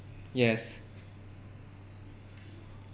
yes